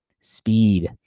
speed